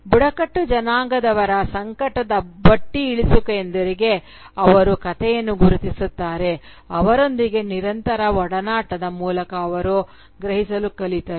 ಬುಡಕಟ್ಟು ಜನಾಂಗದವರ ಸಂಕಟದ ಬಟ್ಟಿ ಇಳಿಸುವಿಕೆಯೊಂದಿಗೆ ಅವರು ಕಥೆಯನ್ನು ಗುರುತಿಸುತ್ತಾರೆ ಅವರೊಂದಿಗೆ ನಿರಂತರ ಒಡನಾಟದ ಮೂಲಕ ಅವರು ಗ್ರಹಿಸಲು ಕಲಿತರು